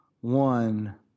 one